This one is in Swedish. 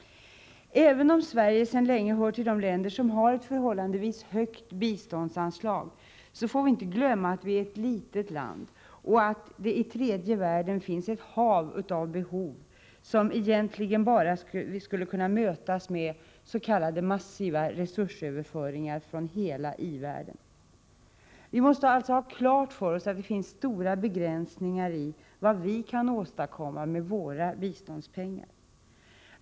Även om Sverige sedan länge hör till de länder som har ett förhållandevis högt biståndsanslag, får vi inte glömma att vi är ett litet land och att det i den tredje världen finns hav av behov som egentligen skulle kunna mötas bara med s.k. massiva resursöverföringar från hela i-världen. Vi måste alltså ha klart för oss att det finns stora begränsningar i vad vi kan åstadkomma med våra biståndspengar.